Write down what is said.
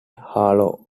harlow